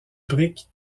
brick